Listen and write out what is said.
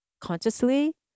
consciously